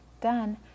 done